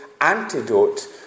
antidote